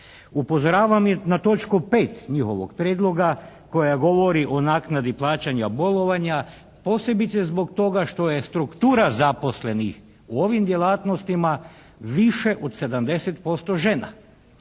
Upozoravam i na točku 5. njihovog prijedloga koja govori o naknadi plaćanja bolovanja posebice zbog toga što je struktura zaposlenih u ovim djelatnostima više od 70% žena.